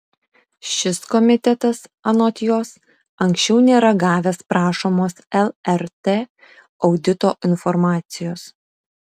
šis komitetas anot jos anksčiau nėra gavęs prašomos lrt audito informacijos